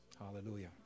Hallelujah